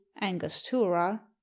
angostura